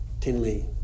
Tinley